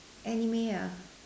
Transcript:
Anime ah